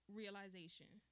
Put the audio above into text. realization